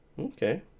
Okay